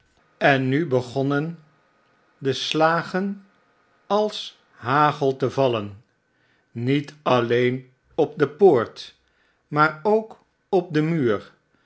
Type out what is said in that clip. en nu begonnen de slagen als hagel te vallen met alleen opde poort maar ook op den muur